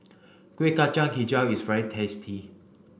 Kueh Kacang Hijau is very tasty